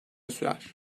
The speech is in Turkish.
sürer